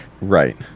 Right